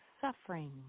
suffering